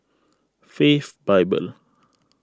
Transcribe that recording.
Faith Bible